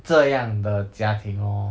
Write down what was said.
这样的家庭 lor